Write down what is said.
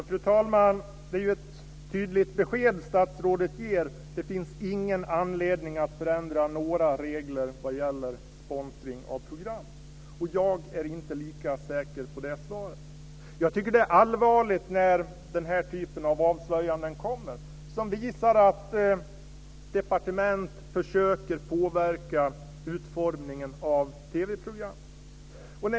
Fru talman! Det är ett tydligt besked statsrådet ger. Det finns ingen anledning att förändra några regler vad gäller sponsring av program. Jag är inte lika säker på det svaret. Jag tycker att det är allvarligt när den här typen av avslöjanden kommer. Det visar att departementen försöker påverka utformningen av TV-program.